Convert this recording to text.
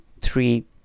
three